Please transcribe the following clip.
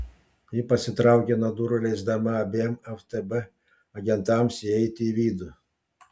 ji pasitraukė nuo durų leisdama abiem ftb agentams įeiti į vidų